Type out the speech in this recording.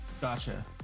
Gotcha